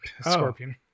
Scorpion